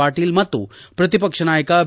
ಪಾಟೀಲ್ ಮತ್ತು ಪ್ರತಿಪಕ್ಷ ನಾಯಕ ಬಿ